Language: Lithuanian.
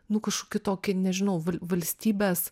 nu kažkokį tokį nežinau valstybės